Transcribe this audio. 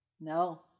no